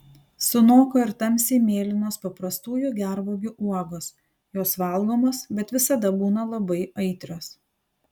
sunoko ir tamsiai mėlynos paprastųjų gervuogių uogos jos valgomos bet visada būna labai aitrios